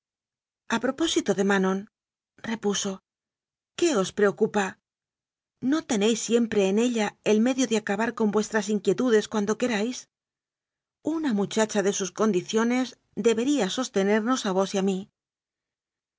propósito de manonrepuso qué os preocupa no tenéis siempre en ella el medio de acabar con vuestras inquietudes cuando queráis una muchacha de sus condiciones debería sostenemos a vos y a mí